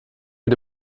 mit